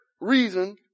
reason